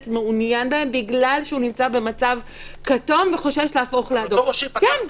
מעוניין בהם בגלל שהוא נמצא במצב כתום וחושש להפוך לאדום כן,